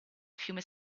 fiume